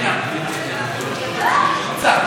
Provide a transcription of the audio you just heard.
חברתי השרה, שר התקשורת, שר המדע,